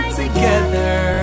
together